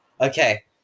Okay